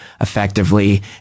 effectively